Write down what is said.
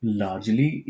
largely